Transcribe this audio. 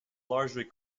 largely